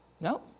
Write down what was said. No